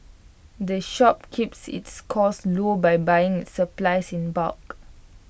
the shop keeps its costs low by buying its supplies in bulk